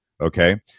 Okay